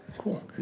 Cool